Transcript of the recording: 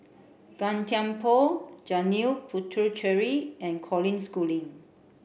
Gan Thiam Poh Janil Puthucheary and Colin Schooling